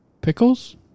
pickles